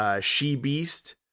She-Beast